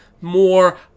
more